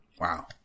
Wow